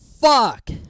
Fuck